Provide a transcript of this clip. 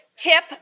Tip